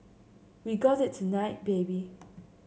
we got it tonight baby